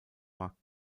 markt